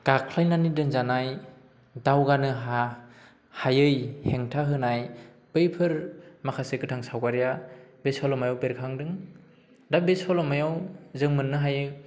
गाख्लायनानै दोनजानाय दावगानो हायि हेंथा होनाय बैफोर माखासे गोथां सावगारिया बे सलमायाव बेरखांदों दा बे सल'मायाव जों मोननो हायो